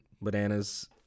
bananas